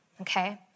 okay